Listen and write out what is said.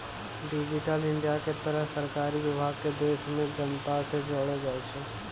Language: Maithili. डिजिटल इंडिया के तहत सरकारी विभाग के देश के जनता से जोड़ै छै